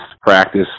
practice